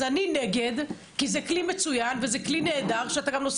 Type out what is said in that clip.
אבל אני נגד כי זה כלי מצוין וזה כלי נהדר שאפשר גם לנסוע